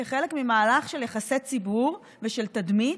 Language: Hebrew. כחלק ממהלך של יחסי ציבור ושל תדמית,